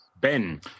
Ben